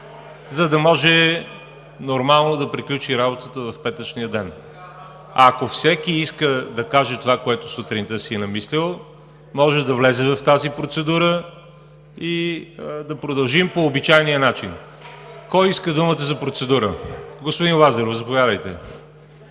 за да може нормално да приключи работата в петъчния ден. Ако всеки иска да каже това, което сутринта си е намислил, може да влезе в тази процедура и да продължим по обичайния начин. Кой иска думата за процедура? Господин Лазаров, заповядайте.